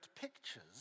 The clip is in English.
pictures